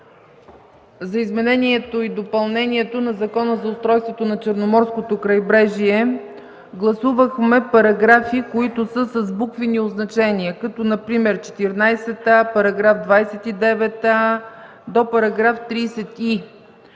за изменение и допълнение на Закона за устройството на Черноморското крайбрежие гласувахме параграфи, които са с буквени означения, като например § 14а, § 29а до § 30и.